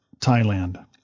Thailand